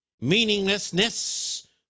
meaninglessness